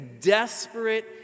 desperate